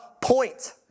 point